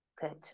good